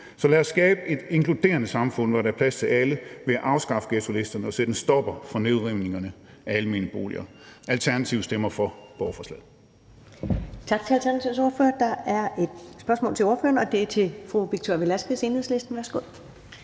Så lad os skabe et inkluderende samfund, hvor der er plads til alle, ved at afskaffe ghettolisterne og sætte en stopper for nedrivningen af almene boliger. Alternativet stemmer for borgerforslaget.